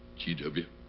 g w.